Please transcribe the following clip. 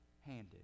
handed